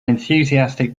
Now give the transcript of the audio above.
enthusiastic